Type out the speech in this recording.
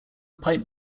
pipe